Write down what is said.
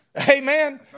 Amen